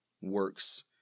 works